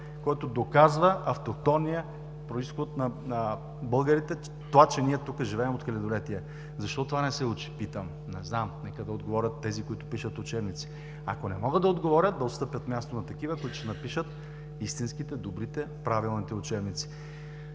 който доказва автохтонния произход на българите, това че ние тук живеем от хилядолетия. Питам: защо това не се учи? Не знам. Нека да отговорят тези, които пишат учебници. Ако не могат да отговорят, да отстъпят място на такива, които ще напишат истинските, добрите, правилните учебници.